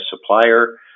supplier